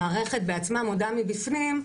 המערכת בעצמה מודה מבפנים,